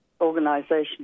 organisation